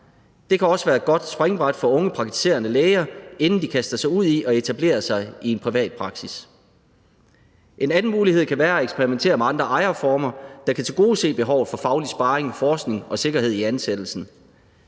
det kan også være et godt springbræt for unge praktiserende læger, inden de kaster sig ud i at etablere sig i en privat praksis. En anden mulighed kan være at eksperimentere med andre ejerformer, der kan tilgodese behovet for faglig sparring, forskning og sikkerhed i ansættelsen.